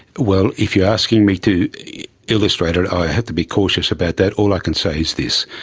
well, if you are asking me to illustrate it, i have to be cautious about that. all i can say is this,